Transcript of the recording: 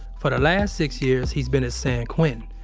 for the last six years, he's been at san quentin.